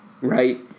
right